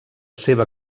seva